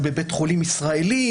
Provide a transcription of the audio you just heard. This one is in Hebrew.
זה בבית חולים ישראלי,